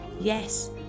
Yes